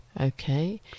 Okay